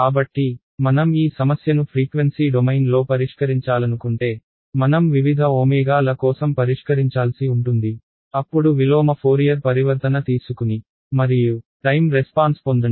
కాబట్టి మనం ఈ సమస్యను ఫ్రీక్వెన్సీ డొమైన్లో పరిష్కరించాలనుకుంటే మనం వివిధ ల కోసం పరిష్కరించాల్సి ఉంటుంది అప్పుడు విలోమ ఫోరియర్ పరివర్తన తీసుకుని మరియు టైమ్ రెస్పాన్స్ పొందండి